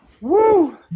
Woo